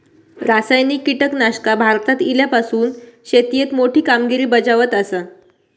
रासायनिक कीटकनाशका भारतात इल्यापासून शेतीएत मोठी कामगिरी बजावत आसा